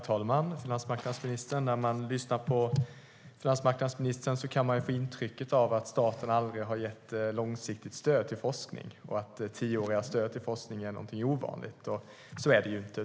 Herr talman! När man lyssnar på finansmarknadsministern kan man få intrycket att staten aldrig har gett långsiktigt stöd till forskning och att tioåriga stöd till forskning är något ovanligt. Men så är det inte.